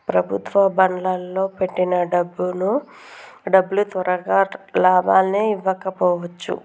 ప్రభుత్వ బాండ్లల్లో పెట్టిన డబ్బులు తొరగా లాభాలని ఇవ్వకపోవచ్చు